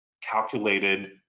calculated